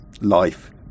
life